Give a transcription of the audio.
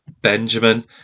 Benjamin